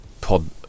pod